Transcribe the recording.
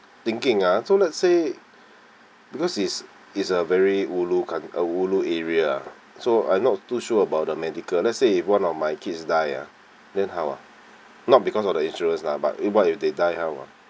thinking ah so let's say because is is a very ulu country uh ulu area ah so I not too sure about the medical let's say one of my kids died ah then how ah not because of the insurance lah but what if they died how ah